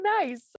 nice